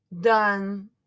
done